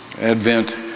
Advent